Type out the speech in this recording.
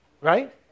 right